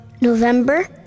November